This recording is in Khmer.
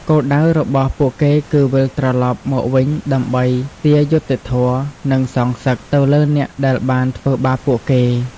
គោលដៅរបស់ពួកគេគឺវិលត្រឡប់មកវិញដើម្បី ទារយុត្តិធម៌ និងសងសឹក ទៅលើអ្នកដែលបានធ្វើបាបពួកគេ។